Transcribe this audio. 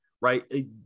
right